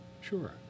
Sure